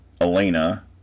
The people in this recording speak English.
Elena